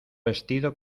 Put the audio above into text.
vestido